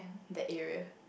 that area